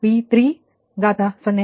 05 ನಿಮಗೆ 1